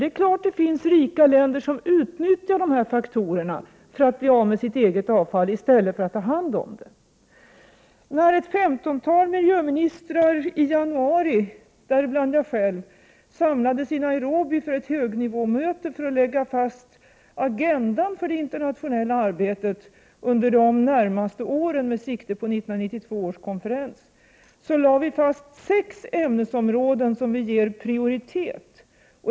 Det är uppenbart att det finns rika länder som utnyttjar dessa faktorer för att bli av med sitt eget avfall i stället för att ta hand om det. I januari samlades ett femtontal miljöministrar — däribland jag själv — i Nairobi för ett högnivåmöte som syftade till att lägga fast agendan för det internationella arbetet under de närmaste åren med sikte på 1992 års konferens. Då fastställdes sex ämnesområden som skall ges prioritet.